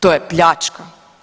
To je pljačka.